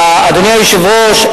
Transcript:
אדוני היושב-ראש,